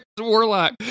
Warlock